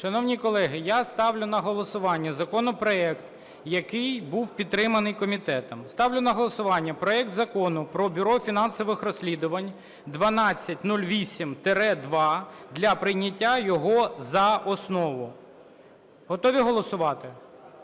Шановні колеги, я ставлю на голосування законопроект, який був підтриманий комітетом. Ставлю на голосування проект Закону про Бюро фінансових розслідувань (1208-2) для прийняття його за основу. Готові голосувати?